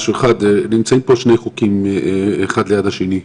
נמצאים פה שני חוקים אחד ליד השני.